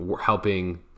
helping